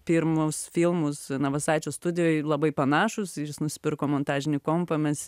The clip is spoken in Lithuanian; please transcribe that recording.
pirmus filmus navasaičio studijoj labai panašūs ir jis nusipirko montažinį kompą mes